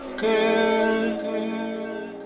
girl